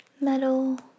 metal